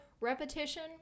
repetition